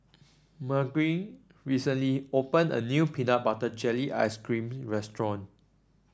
Margurite recently opened a new Peanut Butter Jelly Ice cream restaurant